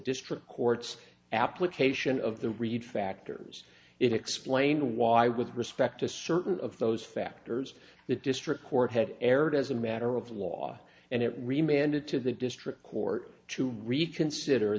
district court's application of the reed factors explain why with respect to certain of those factors the district court had erred as a matter of law and it reminded to the district court to reconsider